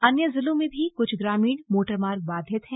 अन्य जिलों में भी कुछ ग्रामीण मोटरमार्ग बाधित हैं